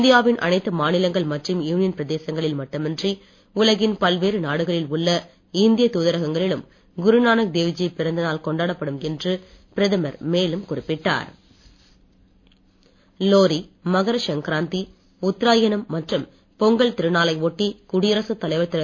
இந்தியாவின் அனைத்து மாநிலங்கள் மற்றும் யூனியன் பிரதேசங்களில் மட்டுமின்றி உலகின் பல்வேறு நாடுகளில் உள்ள இந்தியத் தூதரகங்களிலும் குருநானக் தேவ்ஜி பிறந்தநாள் கொண்டாடப்படும் என்று பிரதமர் மேலும் குறிப்பிட்டார் லோரி மகரசங்கராந்தி உத்தராயணம் மற்றும் பொங்கல் திருநாளை ஒட்டி குடியரசுத் தலைவர் திரு